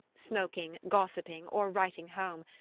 smoking, gossiping or writing home,